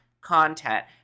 content